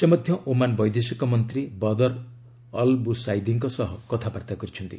ସେ ମଧ୍ୟ ଓମାନ ବୈଦେଶିକ ମନ୍ତ୍ରୀ ବଦର ଅଲବୁସାଇଦିଙ୍କ ସହ କଥାବାର୍ତ୍ତା କରିଛନ୍ତି